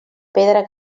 pedra